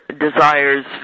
desires